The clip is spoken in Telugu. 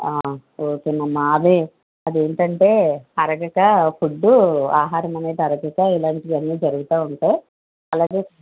ఆ ఓకేనమ్మ అదే అదేంటంటే అరగక ఫుడ్డు ఆహారం అనేది అరగక ఇలాంటివన్నీ జరుగుతూ ఉంటాయి అలాగే